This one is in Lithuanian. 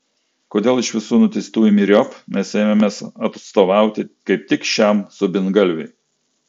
kodėl iš visų nuteistųjų myriop mes ėmėmės atstovauti kaip tik šiam subingalviui